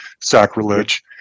sacrilege